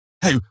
Hey